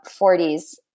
40s